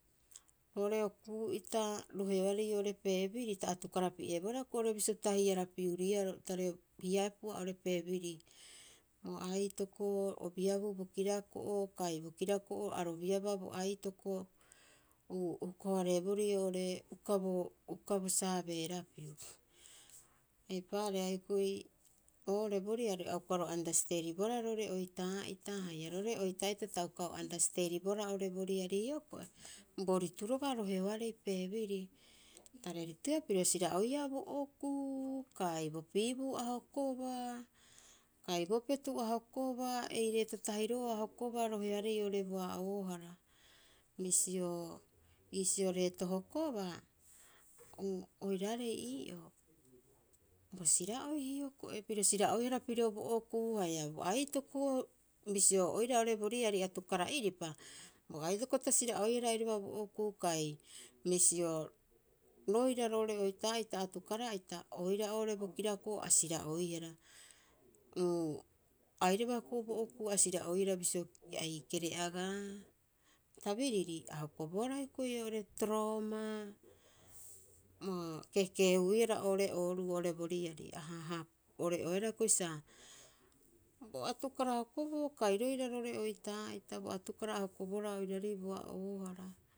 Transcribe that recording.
Roo'ore okuu'ita roheoare oo'ore famiiy ta atukara pi'eebohara hioko'i oo'ore bisio pita hiarapiuriiaa tareo hiaepa oo'ore family. Bo aitoko o biabuu bo kirako'o kai bo kirako'o a ro biabaa bo aitoko, uu hoko- hareeborii oo'ore uka bo- uka bo saabeerapiu. Eipaareha hioko'i oo'ore bo riari aka ro understand ribohara roo'ore oitaa'ita haia roo'ore oitaa'ita ta uka o understand ribohara oo'ore hioko'i bo ritu roga'a roheoarei family. Tare rituiia piro sira'oiia bo okuu, kai bo piibuu a hokobaa, kai bo petu a hokobaa, ei reeto tahiro'oo a hokobaa roheoarei oo'ore bo a'oohara. Bisio iisio reeto hokobaa uu, oiraarei ii'oo bo sira'oi hioko'i, piro sira'oihara pirio bo okuu haia bo aitoko. Bisio oira oo'ore bo riari atukara'iripa, bo aitoko ta sira'oihara airaba bo okuu kai bisio roira roo'ore oitaa'ita atukara'ita oira oo'ore bo kirako'o a sira'oihara uu, airaba hioko'i bo okuu a sira'oihara bisio, ai kere'agaa. Bo tabiriri a hokobohara hioko'i oo'ore torobaa. Uu a keekee- huuihara oo'ore ooruo oo'ore bo riari. A haha pore'oehara hioko'i sa bo atukara hokoboo, kai roira roo'ore oitaa'ita bo atukara a hokobohara oiraarei bo a'oohara.